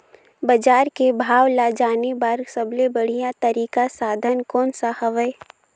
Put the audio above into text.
बजार के भाव ला जाने बार सबले बढ़िया तारिक साधन कोन सा हवय?